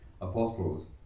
apostles